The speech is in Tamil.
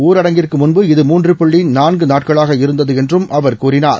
ஊரடங்கிற்குமுன்பு இது மூன்று புள்ளிநான்குநாட்களாக இருந்ததுஎன்றுஅவர் கூறினார்